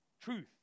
Truth